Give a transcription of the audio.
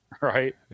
right